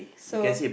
so